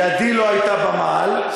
ידי לא הייתה במעל,